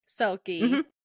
Selkie